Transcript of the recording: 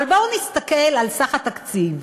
אבל בואו נסתכל על סך התקציב,